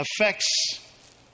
affects